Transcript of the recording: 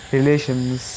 relations